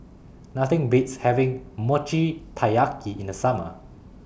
Nothing Beats having Mochi Taiyaki in The Summer